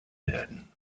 werden